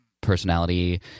personality